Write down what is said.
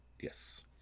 Yes